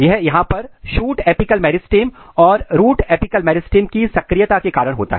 यह यहां पर शूट अपिकल मेरिस्टम और रूट अपिकल मेरिस्टम की सक्रियता के कारण होता है